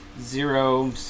zero